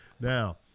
Now